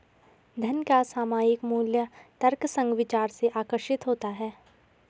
धन का सामयिक मूल्य तर्कसंग विचार से आकर्षित होता है